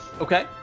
Okay